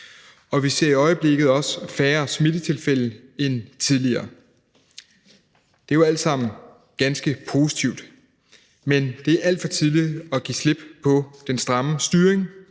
og vi ser i øjeblikket også færre smittetilfælde end tidligere. Det er jo alt sammen ganske positivt. Men det er alt for tidligt at give slip på den stramme styring.